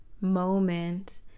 moment